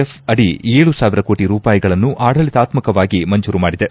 F ಅಡಿ ಏಳು ಸಾವಿರ ಕೋಟ ರೂಪಾಯಿಗಳನ್ನು ಆಡಳಿತಾತ್ತಕವಾಗಿ ಮಂಜೂರು ಮಾಡಿದೆ